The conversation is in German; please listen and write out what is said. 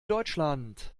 deutschland